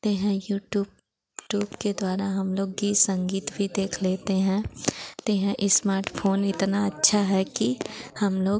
ते हैं YouTube के द्वारा हम लोग गीत संगीत भी देख लेते हैं ते हैं इस्माटफोन इतना अच्छा है कि हम लोग